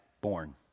born